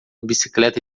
bicicleta